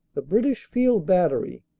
the british field battery,